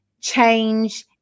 change